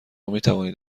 میتوانید